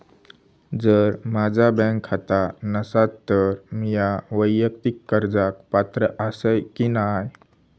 जर माझा बँक खाता नसात तर मीया वैयक्तिक कर्जाक पात्र आसय की नाय?